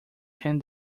ten